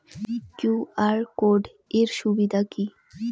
QR code এর সুবিধা কি?